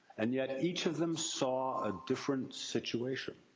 and yet, each of them saw a different situation.